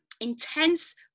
Intense